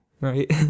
right